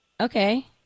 okay